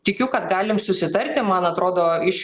tikiu kad galim susitarti man atrodo iš